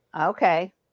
Okay